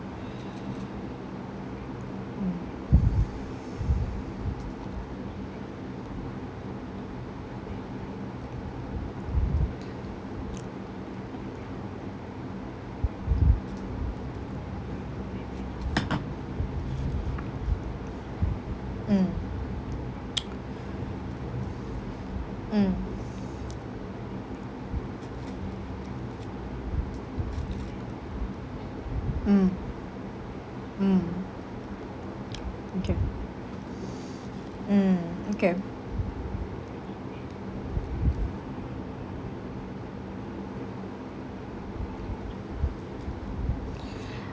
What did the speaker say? mm mm mm mm mm okay mm okay